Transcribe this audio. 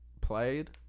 played